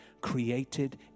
created